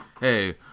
Hey